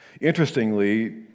interestingly